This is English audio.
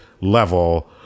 level